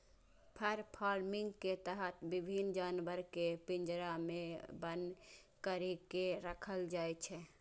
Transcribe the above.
फर farming के तहत विभिन्न जानवर कें पिंजरा मे बन्न करि के राखल जाइ छै